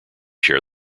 share